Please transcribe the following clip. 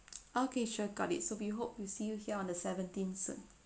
okay sure got it so we hope we see you here on the seventeenth soon